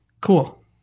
Cool